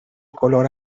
color